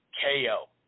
KO